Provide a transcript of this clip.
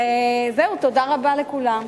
תודה רבה לכולם.